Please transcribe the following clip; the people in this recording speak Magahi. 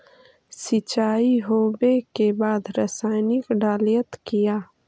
सीचाई हो बे के बाद रसायनिक डालयत किया?